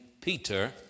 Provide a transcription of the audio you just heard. Peter